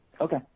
Okay